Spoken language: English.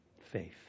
faith